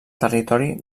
territori